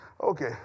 Okay